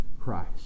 Christ